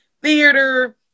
Theater